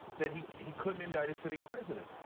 that he he couldn't indict a sitting president.